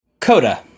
Coda